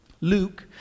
Luke